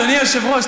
אדוני היושב-ראש,